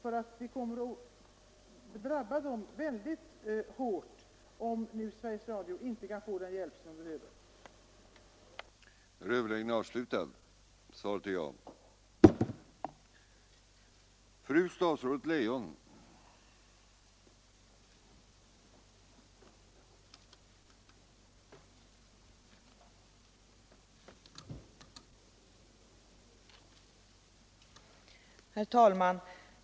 Det kommer att drabba dem hårt om Sveriges Radio inte får den hjälp som företaget behöver.